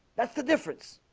that's the difference.